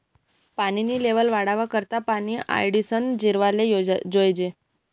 पानी नी लेव्हल वाढावा करता पानी आडायीसन जिरावाले जोयजे